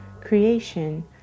Creation